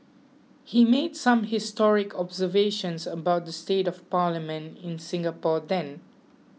he made some historic observations about the state of Parliament in Singapore then